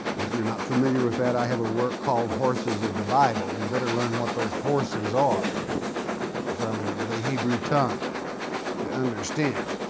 if you're not familiar with that, i have a work called horses of the bible, and you better learn what those horses are from the hebrew tongue to understand.